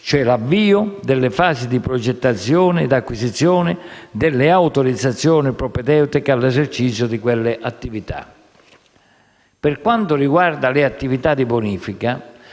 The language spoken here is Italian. avvio delle fasi di progettazione ed acquisizione delle autorizzazioni propedeutiche all'esercizio di quelle attività. Per quanto riguarda le attività di bonifica,